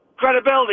credibility